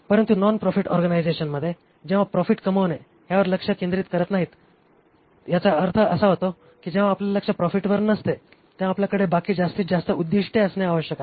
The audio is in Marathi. परंतु नॉन प्रॉफिट ऑर्गनायझेशनमध्ये जेव्हा प्रॉफिट कमावणे ह्यावर लक्ष केंद्रित करत नाही याचा अर्थ असा होतो की जेव्हा आपले लक्ष्य प्रॉफिटवर नसते तेव्हा आपल्याकडे बाकी जास्तीतजास्त उद्दीष्टे असणे आवश्यक आहे